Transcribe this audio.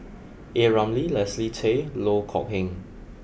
A Ramli Leslie Tay and Loh Kok Heng